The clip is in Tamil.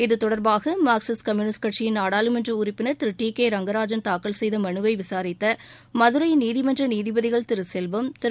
இத்தொடர்பாக மார்க்சிஸ்ட் கம்யூனிஸ்ட் கட்சியின் நாடாளுமன்ற உறுப்பினர் திரு டி கே ரங்கராஜன் தாக்கல் செய்த மனுவை விசரித்த மதுரை நீதிமன்ற நீதிபதிகள் திரு செல்வம் திரு ஏ